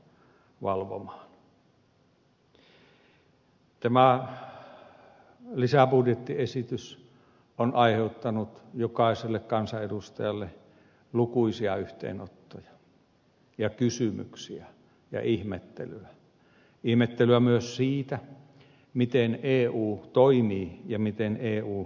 tämä lisäbudjettiesitys on aiheuttanut jokaiselle kansanedustajalle lukuisia yhteydenottoja ja kysymyksiä ja ihmettelyä ihmettelyä myös siitä miten eu toimii ja miten eu järjestelmät toimivat